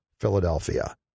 Philadelphia